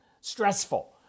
stressful